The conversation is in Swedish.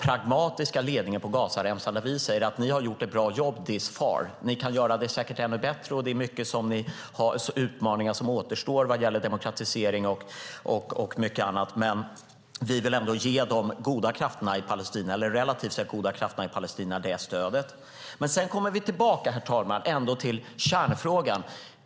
pragmatiska ledningen på Gazaremsan. Vi säger: Ni har gjort ett bra jobb this far. Ni kan säkert göra det ännu bättre. Det är många utmaningar som återstår vad gäller demokratisering och mycket annat. Men vi vill ändå ge de relativt sett goda krafterna i Palestina det stödet. Herr talman! Vi kommer ändå tillbaka till kärnfrågan.